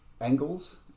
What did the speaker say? angles